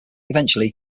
eventually